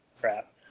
crap